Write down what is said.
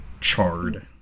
charred